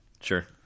Sure